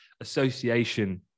association